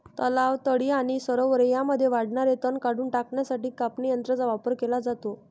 तलाव, तळी आणि सरोवरे यांमध्ये वाढणारे तण काढून टाकण्यासाठी कापणी यंत्रांचा वापर केला जातो